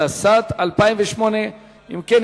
התשס"ט 2008. אם כן,